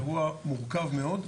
אירוע מורכב מאוד,